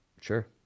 Sure